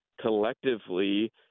collectively